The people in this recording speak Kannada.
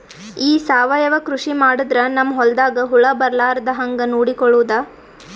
ಈ ಸಾವಯವ ಕೃಷಿ ಮಾಡದ್ರ ನಮ್ ಹೊಲ್ದಾಗ ಹುಳ ಬರಲಾರದ ಹಂಗ್ ನೋಡಿಕೊಳ್ಳುವುದ?